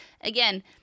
Again